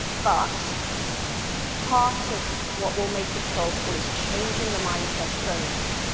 but part of what will make it solvable is changing the mindset of donors.